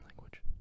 language